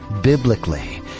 biblically